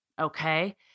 Okay